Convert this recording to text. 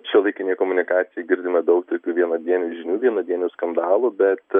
šiuolaikinėj komunikacijoj girdime daug tokių vienadienių žinių vienadienių skandalų bet